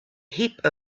heap